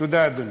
תודה, אדוני.